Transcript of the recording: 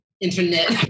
Internet